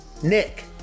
Nick